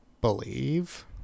believe